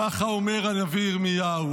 ככה אומר הנביא ירמיהו.